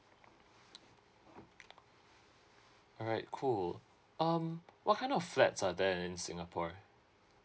alright cool um what kind of flats are there in singapore